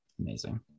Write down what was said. Amazing